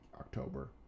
October